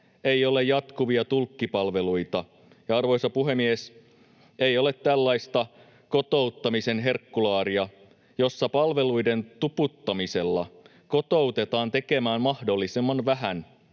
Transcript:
ei ole jatkuvia tulkkipalveluita ja, arvoisa puhemies, ei ole tällaista kotouttamisen herkkulaaria, jossa palveluiden tuputtamisella kotoutetaan tekemään mahdollisimman vähän,